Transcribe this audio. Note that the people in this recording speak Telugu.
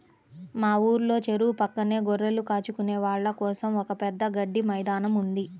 మా ఊర్లో చెరువు పక్కనే గొర్రెలు కాచుకునే వాళ్ళ కోసం ఒక పెద్ద గడ్డి మైదానం ఉంది